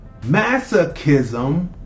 masochism